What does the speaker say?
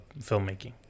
filmmaking